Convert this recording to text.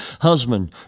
husband